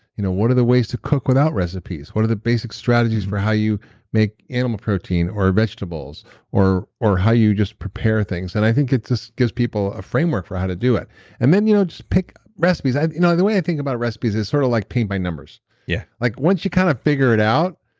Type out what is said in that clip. you know what are the ways to cook without recipes? what are the basic strategies for how you make animal protein or vegetables or vegetables? or how you just prepare things? and i think it just gives people a framework for how to do it and then you know just pick recipes. you know the way i think about recipes is sort of like paint by numbers yeah like once you kind of figure it out,